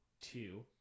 two